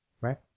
right